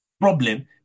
problem